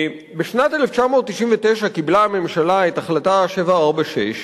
בשנת 1999 קיבלה הממשלה את ההחלטה 746,